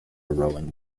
rowing